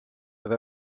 have